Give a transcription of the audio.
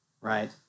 Right